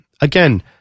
again